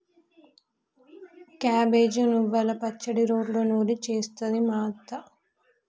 cabbage నువ్వల పచ్చడి రోట్లో నూరి చేస్తది మా అత్త